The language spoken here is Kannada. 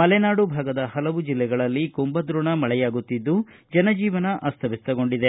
ಮಲೆನಾಡು ಭಾಗದ ಪಲವು ಜಿಲ್ಲೆಗಳಲ್ಲಿ ಕುಂಭದ್ರೋಣ ಮಳೆಯಾಗುತ್ತಿದ್ದು ಜನಜೀವನ ಅಸ್ತವ್ಯಸ್ತಗೊಂಡಿದೆ